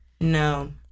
No